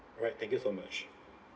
all right thank you so much